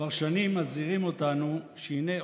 כבר שנים מזהירים אותנו שהינה,